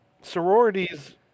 sororities